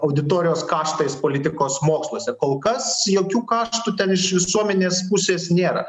auditorijos kaštais politikos moksluose kol kas jokių kaštų ten iš visuomenės pusės nėra